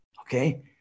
Okay